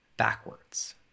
Backwards